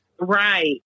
right